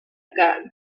que